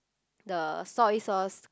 the soy sauce